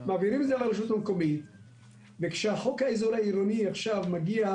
מעבירים את זה לרשויות המקומיות וכשהחוק העזר העירוני מגיע,